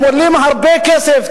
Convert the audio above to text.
הם עולים הרבה כסף.